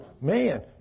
man